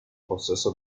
possesso